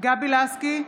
גבי לסקי,